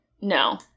no